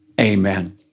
Amen